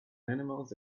animals